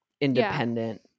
independent